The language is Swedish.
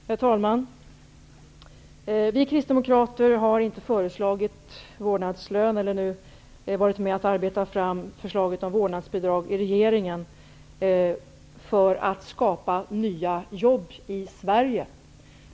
Herr talman! Vi kristdemokrater har inte föreslagit vårdnadslön och inte heller varit med om att arbeta fram regeringens förslag om vårdnadsbidrag i syfte att skapa nya jobb i Sverige.